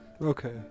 Okay